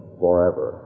forever